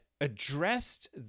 Addressed